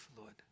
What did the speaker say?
Lord